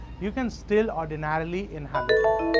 you can still ordinarily inhabit it.